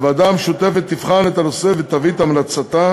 הוועדה המשותפת תבחן את הנושא ותביא את המלצתה